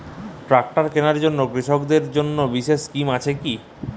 Tractor কেনার জন্য কৃষকদের জন্য বিশেষ স্কিম আছে কি?